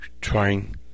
trying